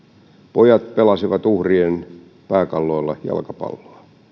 pojat pelasivat uhrien pääkalloilla jalkapalloa